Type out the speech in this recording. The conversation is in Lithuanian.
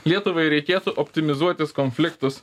lietuvai reikėtų optimizuotis konfliktus